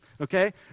Okay